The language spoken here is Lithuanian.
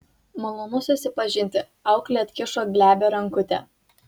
malonu susipažinti auklė atkišo glebią rankutę